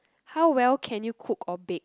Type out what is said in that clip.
how well can you cook or bake